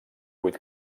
vuit